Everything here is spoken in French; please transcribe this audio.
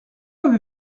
avez